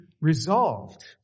resolved